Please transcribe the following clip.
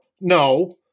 no